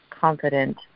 confident